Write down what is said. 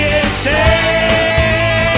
insane